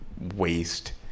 waste